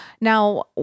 Now